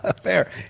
Fair